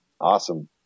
Awesome